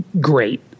great